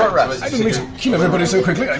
um mean to kill everybody so quickly.